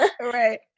Right